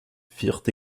firent